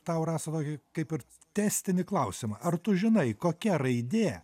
tau rasa tokį kaip ir testinį klausimą ar tu žinai kokia raidė